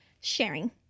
Sharing